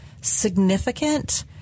significant